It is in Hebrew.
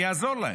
אני אעזור להם.